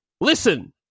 Listen